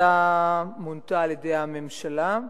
המועצה מונתה על-ידי הממשלה,